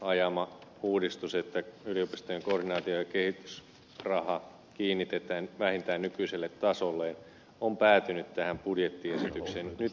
ajama uudistus että yliopistojen koordinaatio ja kehitysraha kiinnitetään vähintään nykyiselle tasolle on päätynyt tähän budjettiesitykseen nyt ensimmäistä kertaa